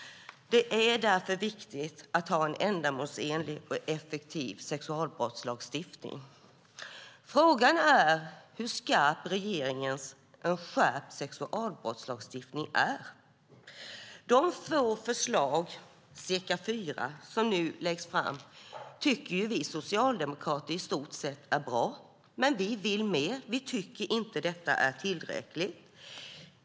Därför är det viktigt att ha en ändamålsenlig och effektiv sexualbrottslagstiftning. Frågan är hur skarp regeringens En skärpt sexualbrottslagstiftning är . Vi socialdemokrater tycker att de få förslag, cirka fyra, som nu läggs fram i stort sett är bra, men vi vill mer. Vi tycker inte att detta är tillräckligt.